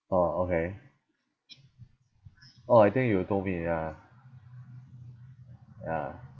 orh okay orh I think you told me ya ya